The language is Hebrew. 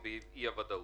הבנקים בגדול,